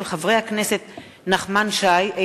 מאת חברי הכנסת נחמן שי,